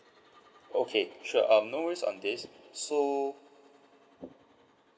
okay sure um no worries on this so